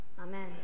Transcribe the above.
Amen